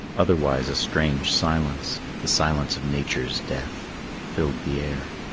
otherwise, a strange silence the silence of nature's death filled the air.